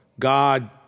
God